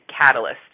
catalyst